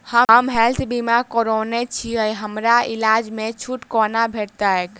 हम हेल्थ बीमा करौने छीयै हमरा इलाज मे छुट कोना भेटतैक?